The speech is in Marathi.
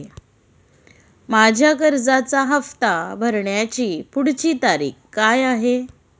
माझ्या कर्जाचा हफ्ता भरण्याची पुढची तारीख काय आहे?